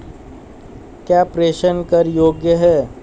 क्या प्रेषण कर योग्य हैं?